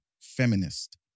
feminist